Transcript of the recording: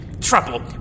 Trouble